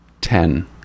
Ten